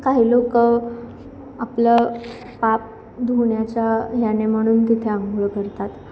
काही लोक आपलं पाप धुण्याच्या ह्याने म्हणून तिथे अंघोळ करतात